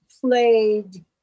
played